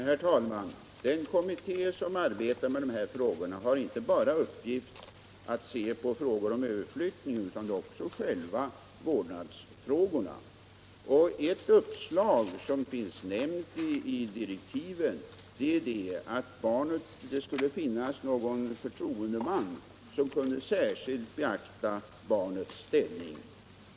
Herr talman! Den kommitté som arbetar med de här problemen har till uppgift att se inte bara på frågor om överflyttning utan också på själva vårdnadsfrågorna. Ett uppslag som finns nämnt i direktiven är att det skulle kunna finnas någon förtroendeman som kunde särskilt beakta barnens ställning.